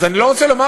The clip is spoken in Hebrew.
אז אני לא רוצה לומר,